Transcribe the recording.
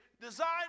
designed